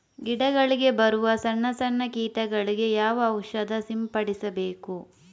ಗಿಡಗಳಿಗೆ ಬರುವ ಸಣ್ಣ ಸಣ್ಣ ಕೀಟಗಳಿಗೆ ಯಾವ ಔಷಧ ಸಿಂಪಡಿಸಬೇಕು?